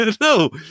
No